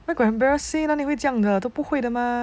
where got embarrassing 哪里会这样的都不会的吗